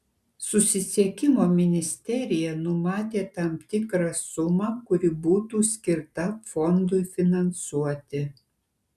susisiekimo ministerija numatė tam tikrą sumą kuri būtų skirta fondui finansuoti